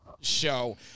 show